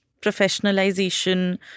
professionalization